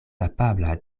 kapabla